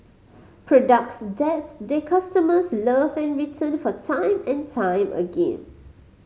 products that their customers love and return for time and time again